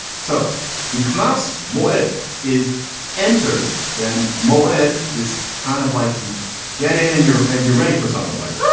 so nicholas moore, it is entered then moe ed is kind of like you get in and you're and you're ready for something like.